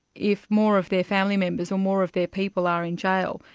if more of their family members, or more of their people are in jail,